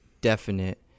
definite